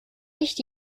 nicht